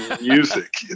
music